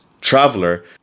traveler